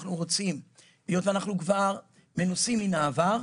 שהיות שאנחנו כבר מנוסים מן העבר,